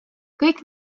kõik